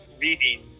meeting